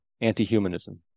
anti-humanism